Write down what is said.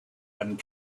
and